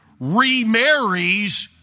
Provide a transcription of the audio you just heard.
remarries